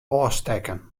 ôfstekken